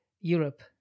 Europe